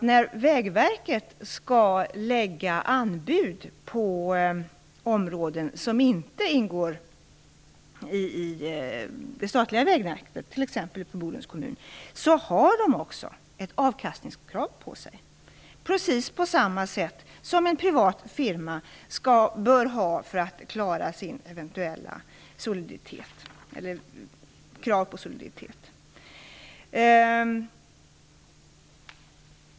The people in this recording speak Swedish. När Vägverket skall lägga anbud på områden som inte ingår i det statliga vägnätet, t.ex. Bodens kommun, har man också ett avkastningskrav på sig, precis på samma sätt som en privat firma bör ha för att klara sina krav på soliditet.